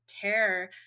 care